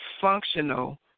functional